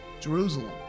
Jerusalem